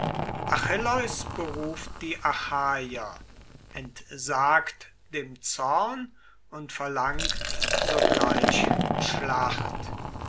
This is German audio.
beruft die achaier entsagt dem zorn und verlangt sogleich schlacht